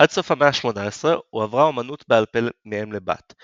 עד סוף המאה ה-18 הועברה האמנות בעל-פה מאם לבת.